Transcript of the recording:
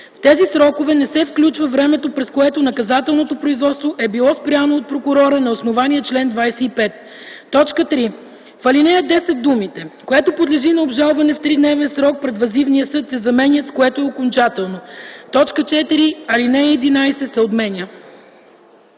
В тези срокове не се включва времето, през което наказателното производство е било спряно от прокурора на основание чл. 25”. 3. В ал. 10 думите „което подлежи на обжалване в тридневен срок пред въззивния съд” се заменят с „което е окончателно”. 4. Алинея 11 се отменя”.